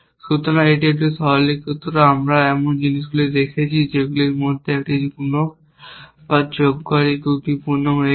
সুতরাং এটি একটি সরলীকৃত আমরা এমন জিনিসগুলি দেখছি যেগুলির মধ্যে একটি গুণক বা যোগকারী ত্রুটিপূর্ণ হয়ে গেছে